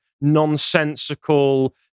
nonsensical